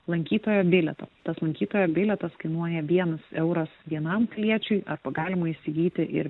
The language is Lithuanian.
lankytojo bilietą tas lankytojo bilietas kainuoja vienas euras vienam piliečiui arba galima įsigyti ir